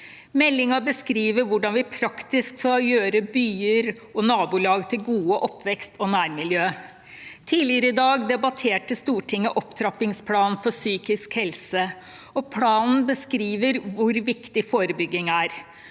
Meldingen beskriver hvordan vi praktisk skal gjøre byer og nabolag til gode oppvekst- og nærmiljøer. Tidligere i dag debatterte Stortinget opptrappingsplanen for psykisk helse, og planen beskriver hvor viktig forebygging er.